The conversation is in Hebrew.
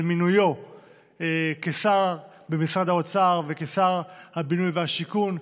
מינויו לשר במשרד האוצר ולשר הבינוי והשיכון.